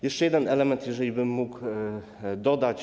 Jeszcze jeden element, jeżeli bym mógł dodać.